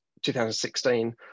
2016